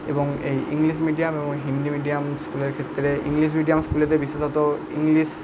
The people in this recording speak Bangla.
এবং এই ইংলিশ মিডিয়াম এবং হিন্দি মিডিয়াম স্কুলের ক্ষেত্রে ইংলিশ মিডিয়াম স্কুলেতে বিশেষত ইংলিশ